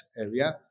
area